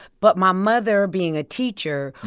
but my mother being a teacher,